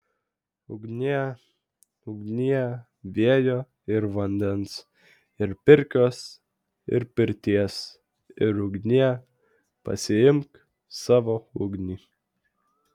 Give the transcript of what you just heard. ugnie ugnie vėjo ir vandens ir pirkios ir pirties ir ugnie pasiimk savo ugnį